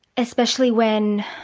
especially when